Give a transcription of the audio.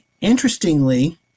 interestingly